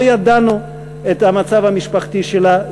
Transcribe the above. לא ידענו את המצב המשפחתי שלה.